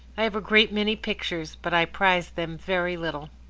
i have a great many pictures, but i prize them very little.